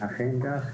אכן כך,